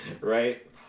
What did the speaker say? Right